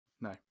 No